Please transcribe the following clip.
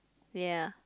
ya